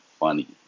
Funny